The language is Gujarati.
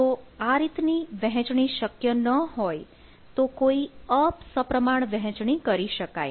જો આ રીતની વહેંચણી શક્ય ન હોય તો કોઈ અ સપ્રમાણ વહેંચણી કરી શકાય